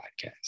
podcast